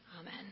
Amen